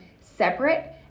separate